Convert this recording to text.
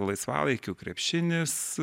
laisvalaikiu krepšinis